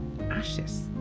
ashes